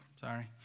sorry